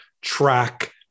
track